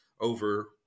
over